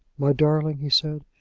my darling, he said,